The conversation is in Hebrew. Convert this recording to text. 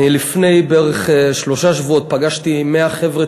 לפני בערך שלושה שבועות פגשתי 100 חבר'ה